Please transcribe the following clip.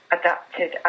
adapted